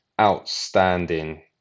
outstanding